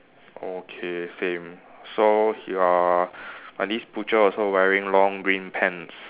okay same so your at least butcher also wearing long green pants